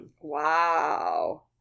Wow